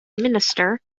minister